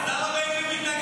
אז למה בן גביר מתנגד?